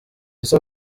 ese